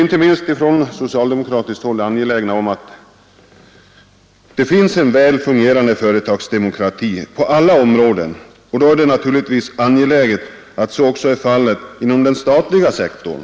Inte minst från socialdemokratiskt håll är vi angelägna om att det finns en väl fungerande företagsdemokrati på alla områden, och då är det även angeläget att så är fallet även inom den statliga sektorn.